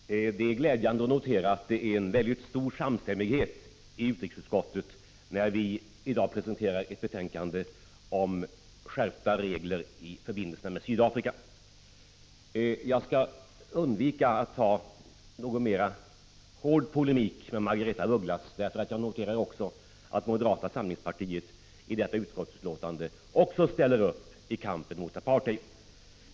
Herr talman! Det är glädjande att notera att det är en stor samstämmighet i utrikesutskottet när vi i dag presenterar ett betänkande om skärpta regler i förbindelserna med Sydafrika. Jag skall undvika att gå i en mera hård polemik med Margaretha af Ugglas därför att jag noterar att även moderata samlingspartiet ställer upp i kampen mot apartheid.